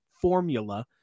formula